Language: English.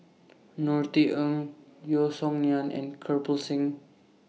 Norothy Ng Yeo Song Nian and Kirpal Singh